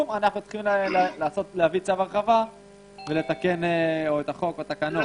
אנחנו צריכים להביא צו הרחבה ולתקן את החוק או את התקנות.